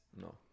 No